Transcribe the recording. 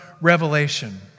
revelation